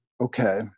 Okay